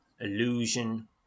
illusion